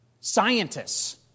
Scientists